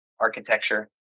architecture